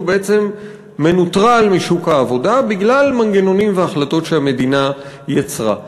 שהוא מנוטרל משוק העבודה בגלל מנגנונים והחלטות שהמדינה יצרה.